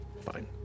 fine